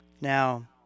Now